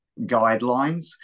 guidelines